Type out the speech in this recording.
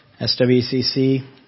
SWCC